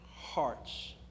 hearts